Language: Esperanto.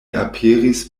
aperis